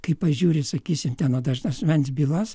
kai pažiūri sakysim ten vat asmens bylas